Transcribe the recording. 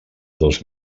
dos